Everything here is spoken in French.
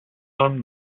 homme